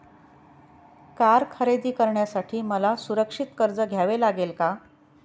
Car खरेदी करण्यासाठी मला सुरक्षित कर्ज घ्यावे लागेल का?